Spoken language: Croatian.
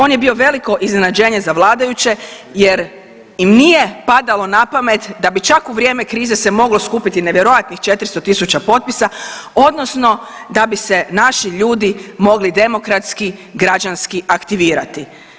On je bio veliko iznenađenje za vladajuće jer im nije padalo napamet da bi čak u vrijeme krize se moglo skupiti nevjerojatnih 400.000 potpisa odnosno da bi se naši ljudi mogli demokratski, građanski aktivirati.